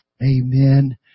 Amen